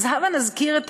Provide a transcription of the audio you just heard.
אז הבה נזכיר את